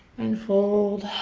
and fold.